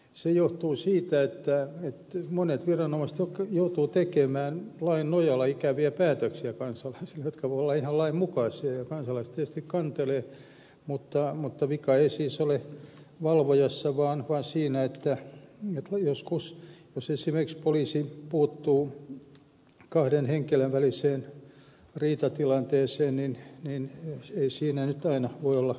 se johtuu siitä että monet viranomaiset joutuvat tekemään lain nojalla kansalaisille ikäviä päätöksiä jotka voivat olla ihan lainmukaisia ja kansalaiset tietysti kantelevat mutta vika ei siis ole valvojassa vaan siinä että joskus jos esimerkiksi poliisi puuttuu kahden henkilön väliseen riitatilanteeseen niin ei siinä nyt aina voi olla miellyttävä kaikille